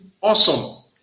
awesome